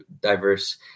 diverse